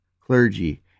clergy